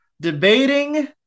Debating